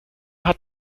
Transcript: hat